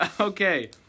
Okay